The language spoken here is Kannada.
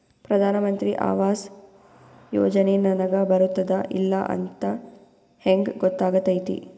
ಪ್ರಧಾನ ಮಂತ್ರಿ ಆವಾಸ್ ಯೋಜನೆ ನನಗ ಬರುತ್ತದ ಇಲ್ಲ ಅಂತ ಹೆಂಗ್ ಗೊತ್ತಾಗತೈತಿ?